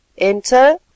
Enter